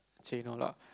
take no lah